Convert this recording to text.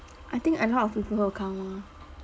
I think a lot of people will come ah